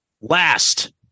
Last